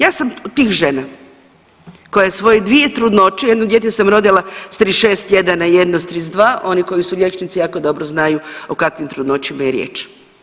Ja sam od tih žena koja je svoje dvije trudnoće, jedno dijete sam rodila s 36 tjedana, jedno s 32, oni koji su liječnici jako dobro znaju o kakvim trudnoćama je riječ.